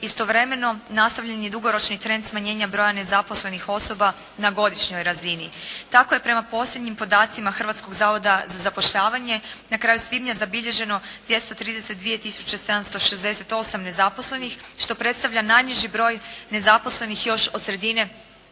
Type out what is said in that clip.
Istovremeno nastavljen je i dugoročni trend smanjenja broja nezaposlenih osoba na godišnjoj razini. Tako je prema posljednjim podacima Hrvatskog zavoda za zapošljavanje na kraju svibnja zabilježeno 232 tisuće 768 nezaposlenih što predstavlja najniži broj nezaposlenih još od sredine